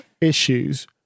issues